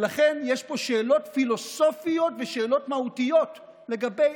ולכן, יש פה שאלות פילוסופיות ושאלות מהותיות לגבי